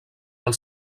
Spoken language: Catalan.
pel